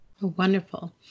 Wonderful